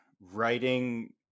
writing